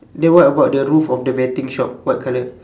then what about the roof of the betting shop what colour